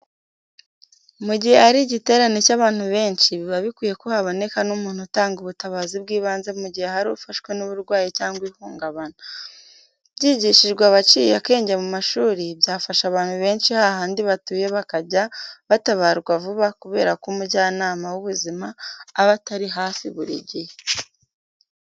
Mu gihe hari igiterane cy'abantu benshi, biba bikwiye ko haboneka n'umuntu utanga ubutabazi bw'ibanze mu gihe hari ufashwe n'uburwayi cyangwa ihungabana. Byigishijwe abaciye akenge mu mashuri, byafasha abantu benshi hahandi batuye bakajya batabarwa vuba kubera ko umujyanama w'ubuzima aba atari hafi buri gihe.